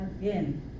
again